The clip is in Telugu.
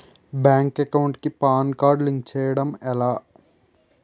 బ్యాంక్ అకౌంట్ కి పాన్ కార్డ్ లింక్ చేయడం ఎలా?